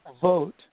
vote